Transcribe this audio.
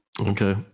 Okay